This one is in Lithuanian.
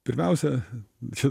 pirmiausia čia